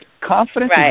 Confidence